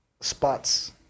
Spots